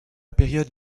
période